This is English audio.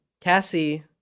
Cassie